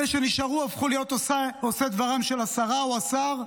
אלה שנשארו הפכו להיות עושי דברם של השרה או השר,